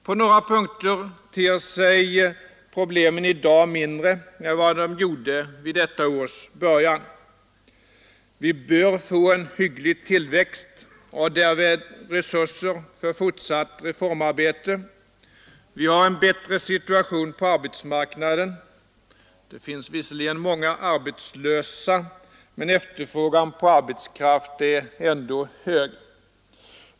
På några punkter ter sig problemen i dag mindre än vad de gjorde vid detta års början. Vi bör få en hygglig tillväxt och därmed resurser för fortsatt reformarbete. Vi har en bättre situation på arbetsmarknaden. Det finns visserligen många arbetslösa, men efterfrågan på arbetskraft är ändå hög.